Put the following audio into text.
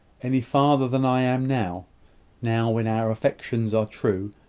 any farther than i am now now when our affections are true,